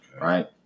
Right